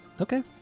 Okay